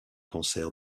cancer